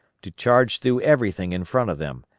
to charge through everything in front of them,